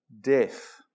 death